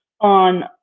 on